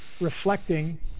reflecting